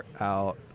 out